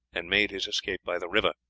and made his escape by the river.